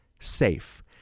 SAFE